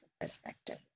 perspective